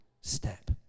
step